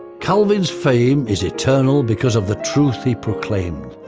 calvin's fame is eternal because of the truth he proclaimed.